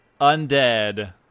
undead